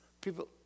people